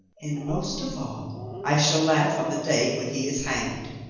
and most of all i shall laugh on the day when he is hanged.